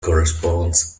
corresponds